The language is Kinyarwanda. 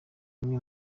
kumwe